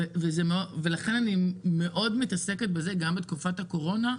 לכן אני עוסקת בזה גם בתקופת הקורונה,